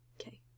Okay